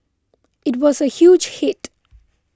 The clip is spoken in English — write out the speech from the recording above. it was a huge hit